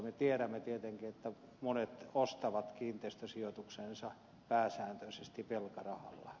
me tiedämme tietenkin että monet ostavat kiinteistösijoituksensa pääsääntöisesti velkarahalla